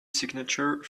signature